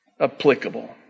applicable